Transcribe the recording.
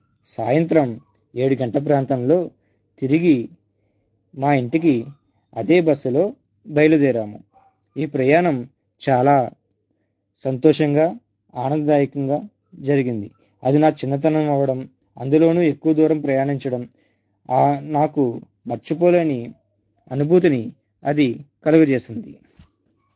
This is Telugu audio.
సాయంత్రం ఏడు గంటల ప్రాంతంలో తిరిగి మా ఇంటికి అదే బస్సులో బయలుదేరాము ఈ ప్రయాణం చాలా సంతోషంగా ఆనందదాయకంగా జరిగింది అది నా చిన్నతనం అవడం అందులోనూ ఎక్కువ దూరం ప్రయాణించడం నాకు మరచిపోలేని అనుభూతిని అది కలుగజేసింది